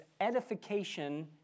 edification